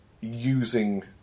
using